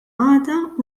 għada